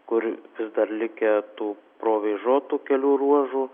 kur dar likę tų provėžotų kelių ruožų